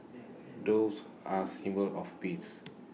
doves are symbol of peace